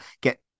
get